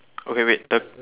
okay wait the